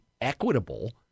equitable